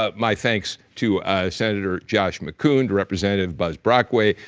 ah my thanks to senator josh mckoon, representative buzz brockway,